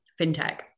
FinTech